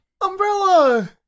Umbrella